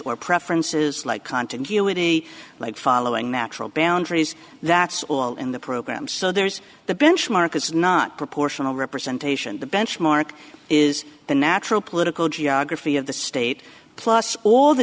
or preferences like continuity like following natural boundaries that's all in the program so there's the benchmark is not proportional representation the benchmark is the natural political geography of the state plus all the